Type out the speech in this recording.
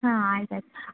ಹಾಂ ಆಯ್ತು ಆಯ್ತು